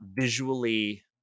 visually